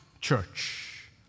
church